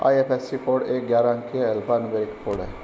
IFSC code एक ग्यारह अंकीय अल्फा न्यूमेरिक कोड है